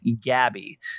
Gabby